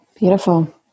Beautiful